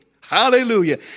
Hallelujah